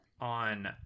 on